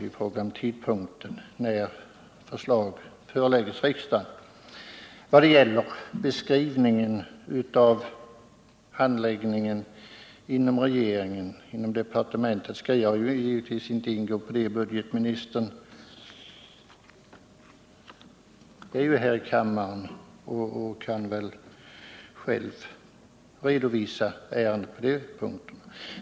Jag skall givetvis inte gå in på handläggningen inom departementet — budgetministern är ju här i kammaren och kan väl själv redovisa det.